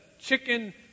chicken